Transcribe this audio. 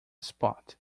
spot